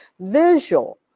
visual